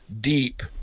deep